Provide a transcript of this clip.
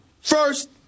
First